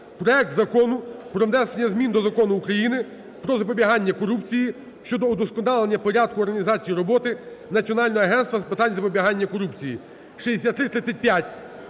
проект Закону про внесення змін до Закону України "Про запобігання корупції" щодо удосконалення порядку організації роботи Національного агентства з питань запобігання корупції (6335).